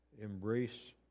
embrace